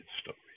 stories